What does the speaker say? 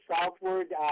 southward